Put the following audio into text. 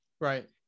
Right